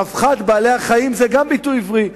"רווחת בעלי-החיים" זה גם ביטוי עברי,